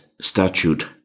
Statute